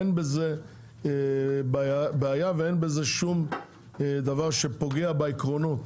אין בזה בעיה ואין בזה שום דבר שפוגע בעקרונות.